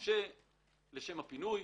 מורשה לשם הפינוי.